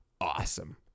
awesome